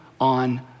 on